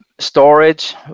storage